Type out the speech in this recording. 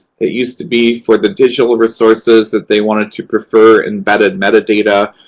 it used to be for the digital resources that they wanted to prefer embedded metadata.